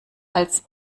als